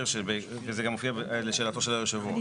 אבל זה בוועדת החוקה, לא